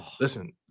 listen